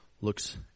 looks